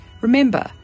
remember